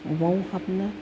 बबेयाव हाबनो